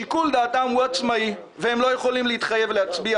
שיקול דעתם הוא עצמאי והם לא יכולים להתחייב להצביע